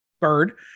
bird